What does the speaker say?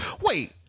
Wait